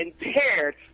impaired